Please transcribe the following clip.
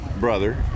brother